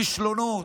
כישלונות.